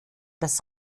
das